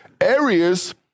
areas